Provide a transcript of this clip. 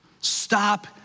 Stop